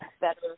better